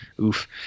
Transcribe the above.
Oof